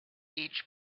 each